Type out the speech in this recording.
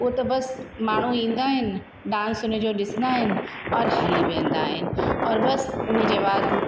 त बस माण्हू ईंदा आहिनि डांस उनजो ॾिसंदा आहिनि और हली वेंदा आहिनि और बस उन्हीअ जे बाद